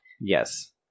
Yes